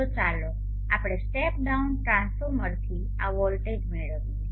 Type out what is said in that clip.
તો ચાલો આપણે સ્ટેપ ડાઉન ટ્રાન્સફોર્મરથી આ વોલ્ટેજ મેળવીએ